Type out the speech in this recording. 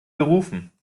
gerufen